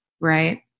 Right